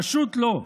פשוט לא.